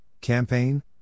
campaign